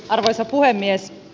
arvoisa puhemies